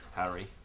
Harry